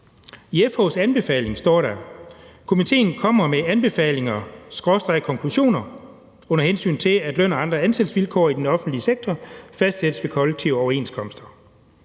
I FH's anbefaling står der: »Komitéen kommer med anbefalinger/konklusioner, under hensyn til, at løn og andre ansættelsesvilkår i den offentlige sektor fastsættes ved kollektive overenskomster